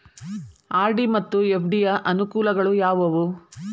RD ಮತ್ತು FD ಯ ಅನುಕೂಲಗಳು ಯಾವವು?